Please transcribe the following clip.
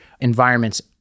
environments